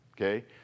Okay